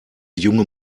junge